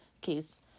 case